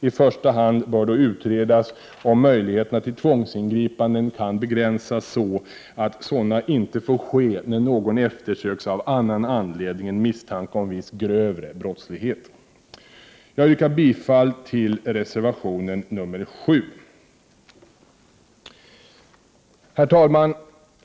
I första hand bör det utredas om möjligheterna till tvångsingripanden kan begränsas så att sådana inte får ske när någon eftersöks av annan anledning än misstanke om viss grövre brottslighet. Jag yrkar bifall till reservation 7. Herr talman!